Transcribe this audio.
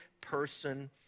person